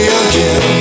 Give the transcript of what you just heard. again